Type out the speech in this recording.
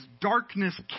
darkness